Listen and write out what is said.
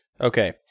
Okay